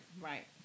Right